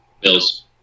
Bills